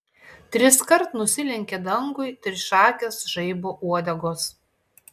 triskart nusilenkė dangui trišakės žaibo uodegos